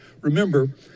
remember